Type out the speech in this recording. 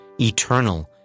Eternal